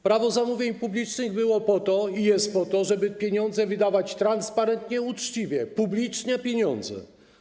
Prawo zamówień publicznych było po to i jest po to, żeby pieniądze wydawać transparentnie i uczciwie - publiczne pieniądze.